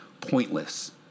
pointless